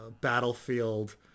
battlefield